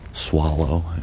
Swallow